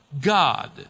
God